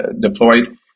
deployed